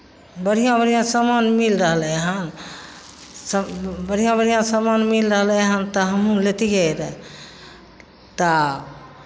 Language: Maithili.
बढ़िआँ बढ़िआँ सामान मिल रहलै हन सभ बढ़िआँ बढ़िआँ सामान मिल रहलै हन तऽ हमहूँ लैतियै रहए तऽ